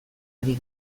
ari